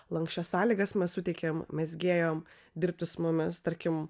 lanksčias sąlygas mes suteikėm mezgėjom dirbti su mumis tarkim